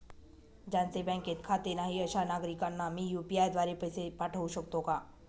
ज्यांचे बँकेत खाते नाही अशा नागरीकांना मी यू.पी.आय द्वारे पैसे पाठवू शकतो का?